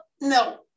no